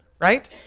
right